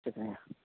شکریہ